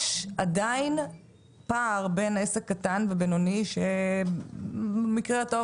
יש עדיין פער בין עסק קטן ובינוני שבמקרה הטוב